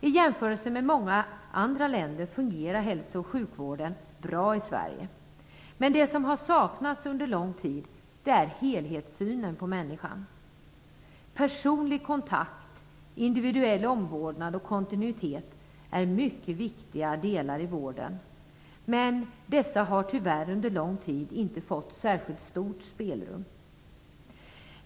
I jämförelse med många andra länder fungerar hälso och sjukvården bra i Sverige. Det som dock har saknats under lång tid är en helhetssyn på människan. Personlig kontakt, individuell omvårdnad och kontinuitet är mycket viktiga delar i vården. Men dessa har tyvärr under lång tid inte fått särskilt stort spelrum.